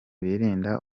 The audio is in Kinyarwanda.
birinda